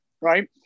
Right